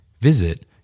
visit